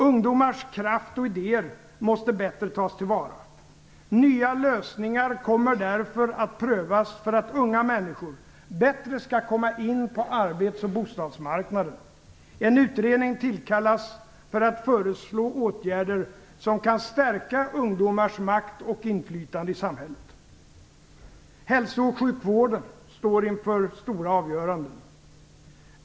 Ungdomars kraft och idéer måste bättre tas till vara. Nya lösningar kommer därför att prövas för att unga människor bättre skall komma in på arbetsoch bostadsmarknaden. En utredning tillkallas för att föreslå åtgärder som kan stärka ungdomars makt och inflytande i samhället. Hälso och sjukvården står inför stora avgöranden.